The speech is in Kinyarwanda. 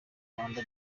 rwanda